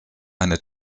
eine